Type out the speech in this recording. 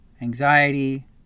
Anxiety